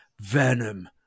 Venom